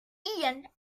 ian